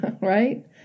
Right